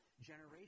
generation